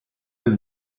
del